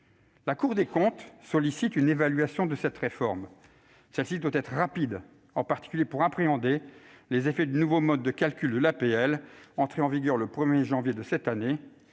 La Cour des comptes sollicite une évaluation de cette réforme. Celle-ci doit être rapide, en particulier pour appréhender les effets du nouveau mode de calcul des APL, entré en vigueur le 1 janvier de cette année